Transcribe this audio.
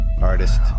artist